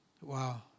Wow